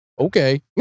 Okay